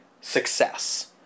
success